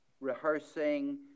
rehearsing